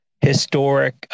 historic